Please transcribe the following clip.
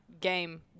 game